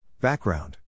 Background